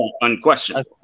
unquestioned